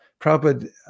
Prabhupada